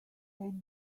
length